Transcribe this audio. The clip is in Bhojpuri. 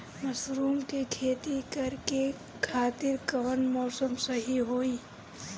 मशरूम के खेती करेके खातिर कवन मौसम सही होई?